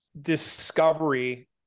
discovery